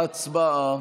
הצבעה.